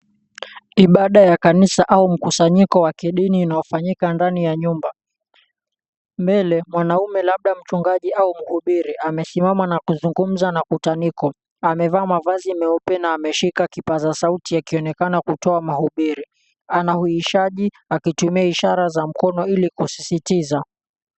Ibada ya kanisa au mkusanyiko wa kidini unaofanyika ndani ya nyumba. Mbele mwanaume labda mchungaji au mhubiri amesimama na kuzungumza na kutaniko. Amevaa mavazi meupe na ameshika kipaza sauti akionekana kutoa mahubiri. Anahuishaji akitumia ishara za mkono ili kusisitiza.